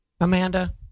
Amanda